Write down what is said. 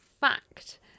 fact